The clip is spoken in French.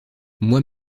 moi